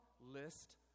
list